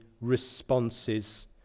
responses